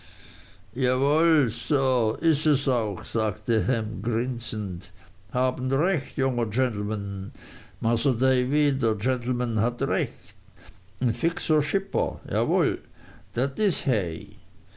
is er auch sagte ham grinsend haben recht junger genlmn masr davy der genlmn hat recht n fixer schipper jawoll dat is